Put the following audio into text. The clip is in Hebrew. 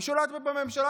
היא שולטת בממשלה,